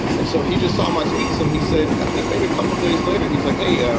and so he just saw my tweets and he said, i think think a couple days later he was like, hey, yeah